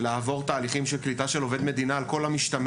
נדרשות לעבור תהליכים של קליטה של עובד מדינה על כל המשתמע,